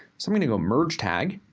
so i'm gonna go merge tag.